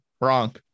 Wrong